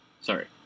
Sorry